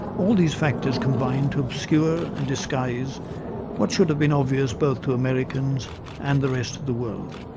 all these factors combined to obscure and disguise what should have been obvious both to americans and the rest of the world